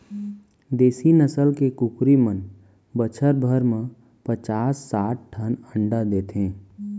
देसी नसल के कुकरी मन बछर भर म पचास साठ ठन अंडा देथे